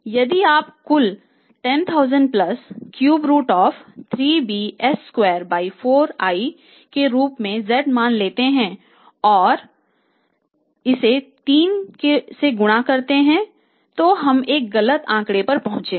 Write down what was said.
यदि आप कुल 10000 के रूप में z मान लेते हैं और 310000 के रूप में h की गणना करते हैं तो हम एक गलत आंकड़े पर पहुंचेंगे